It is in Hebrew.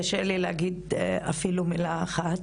קשה לי להגיד אפילו מילה אחת.